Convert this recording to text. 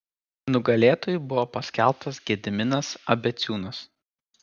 nugalėtoju buvo paskelbtas gediminas abeciūnas